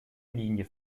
linie